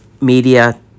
media